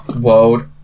world